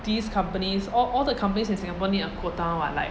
these companies all all the companies in singapore need a quota what like